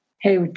Hey